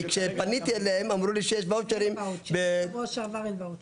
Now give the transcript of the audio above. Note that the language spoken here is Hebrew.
כי כשפניתי אליהם אמרו לי שיש ואוצ'רים -- משבוע שעבר אין ואוצ'רים.